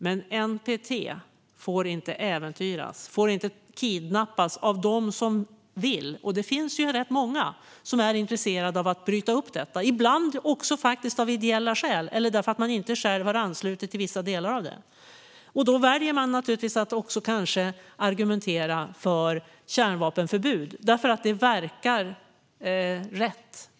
Men NPT får inte äventyras, får inte kidnappas av dem som vill. Och det finns ju rätt många som är intresserade av att bryta upp detta, ibland också faktiskt av ideella skäl eller därför att man inte själv har anslutit sig till vissa delar av det. Då väljer man naturligtvis att också argumentera för kärnvapenförbud, därför att det verkar rätt.